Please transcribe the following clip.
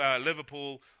liverpool